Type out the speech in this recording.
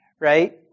right